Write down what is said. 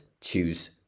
choose